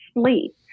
sleep